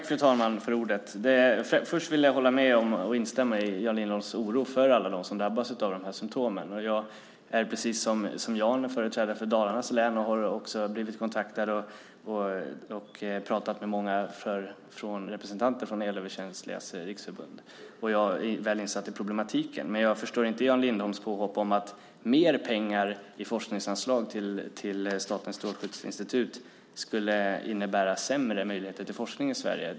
Fru talman! Först vill jag hålla med om och instämma i Jan Lindholms oro för alla dem som drabbas av de här symtomen. Jag är precis som Jan företrädare för Dalarnas län. Också jag har blivit kontaktad, och jag har pratat med många representanter från Elöverkänsligas Riksförbund. Jag är väl insatt i problematiken. Men jag förstår inte Jan Lindholms påhopp och påstående att mer pengar i forskningsanslag till Statens strålskyddsinstitut skulle innebära sämre möjligheter till forskning i Sverige.